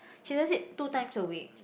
she does it two times a week